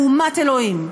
מהומת אלוהים,